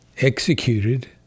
executed